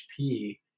HP